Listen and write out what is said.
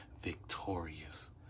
victorious